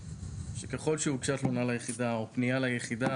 שככל שהוגשה תלונה ליחידה או פנייה ליחידה,